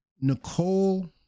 Nicole